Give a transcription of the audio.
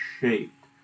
shaped